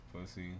pussy